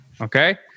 Okay